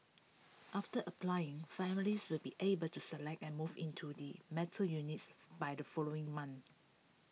after applying families will be able to select and move into they metal units by the following month